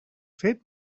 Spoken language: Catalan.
fet